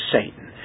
Satan